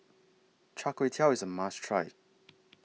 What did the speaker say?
Char Kway Teow IS A must Try